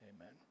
Amen